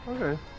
Okay